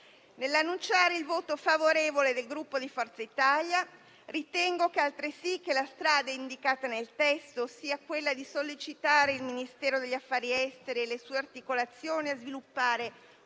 Nell'annunciare il voto favorevole del Gruppo Forza Italia, ritengo altresì che quella indicata nel testo, ossia sollecitare il Ministero degli affari esteri e le sue articolazioni a sviluppare